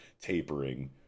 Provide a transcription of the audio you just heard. tapering